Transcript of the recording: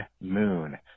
Moon